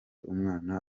umwana